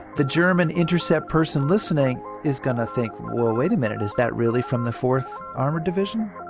the german intercept person listening is going to think, well, wait a minute, is that really from the fourth armored division?